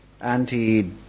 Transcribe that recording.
anti